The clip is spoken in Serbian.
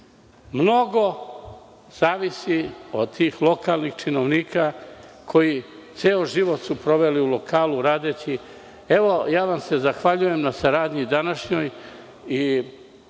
Mnogo zavisi od tih lokalnih činovnika koji ceo život su proveli u lokalu radeći. Zahvaljujem vam se na saradnji današnjoj.